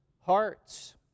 hearts